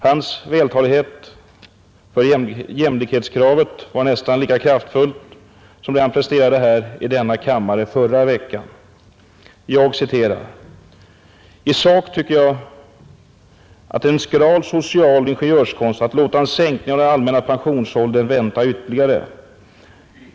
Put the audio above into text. Hans tal för jämlikhetskravet var nästan lika kraftfullt som det han presterade i denna kammare förra veckan: ”I sak tycker jag det är en skral social ingenjörskonst att låta en sänkning av den allmänna pensionsåldern vänta ytterligare.